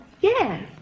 Yes